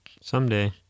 Someday